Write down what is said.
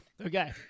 Okay